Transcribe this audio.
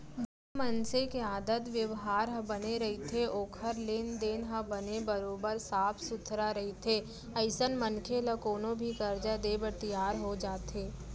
जेन मनसे के आदत बेवहार ह बने रहिथे ओखर लेन देन ह बने बरोबर साफ सुथरा रहिथे अइसन मनखे ल कोनो भी करजा देय बर तियार हो जाथे